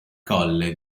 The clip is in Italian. colle